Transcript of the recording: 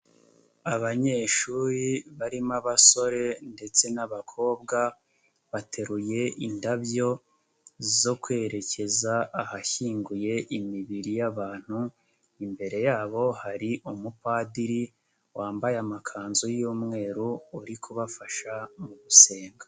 Abanyeshuri barimo abasore ndetse n'abakobwa bateruye indabyo zo kwerekeza ahashyinguye imibiri y'abantu imbere yabo hari umupadiri wambaye amakanzu y'umweru uri kubafasha mu gusenga.